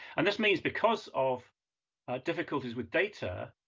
and this means because of difficulties with data,